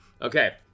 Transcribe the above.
okay